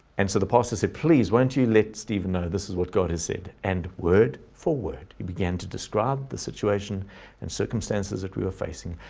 and so the pastor said, please, why don't you let steven know this is what god has said and word for word, you began to describe the situation and circumstances that we are facing.